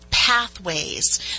Pathways